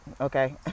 Okay